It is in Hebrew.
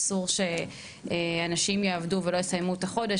אסור שאנשים יעבדו ולא יסיימו את החודש,